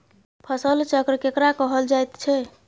फसल चक्र केकरा कहल जायत छै?